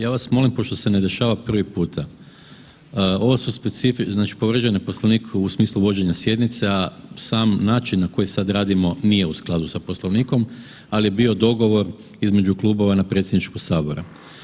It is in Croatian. Ja vas molim, pošto se ne dešava prvi puta, ovo su spe .../nerazumljivo/... znači povrijeđen je Poslovnik u smislu vođenja sjednica, sam način na koji sad radimo nije u skladu sa Poslovnikom, ali je bio dogovor između klubova na predsjedništvu Saboru.